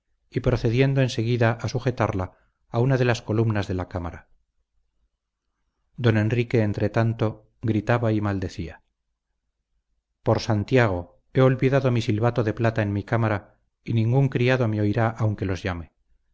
y procediendo en seguida a sujetarla a una de las columnas de la cámara don enrique entretanto gritaba y maldecía por santiago he olvidado mi silbato de plata en mi cámara y ningún criado me oirá aunque los llame